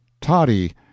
toddy